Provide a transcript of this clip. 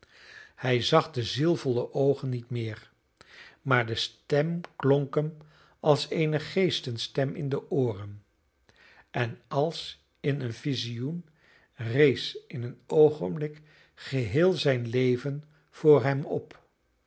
hij zag de zielvolle oogen niet meer maar de stem klonk hem als eene geestenstem in de ooren en als in een visioen rees in een oogenblik geheel zijn leven voor hem op de